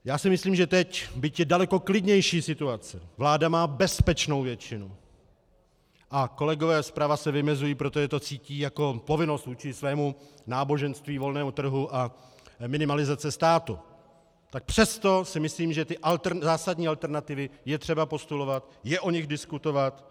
Já si myslím, že teď, byť je daleko klidnější situace, vláda má bezpečnou většinu a kolegové zprava se vymezují, protože to cítí jako povinnost vůči svému náboženství volného trhu a minimalizace státu, tak přesto si myslím, že ty zásadní alternativy je třeba postulovat, diskutovat o nich.